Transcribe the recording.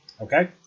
Okay